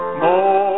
more